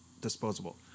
disposable